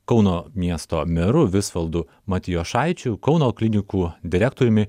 kauno miesto meru visvaldu matijošaičiu kauno klinikų direktoriumi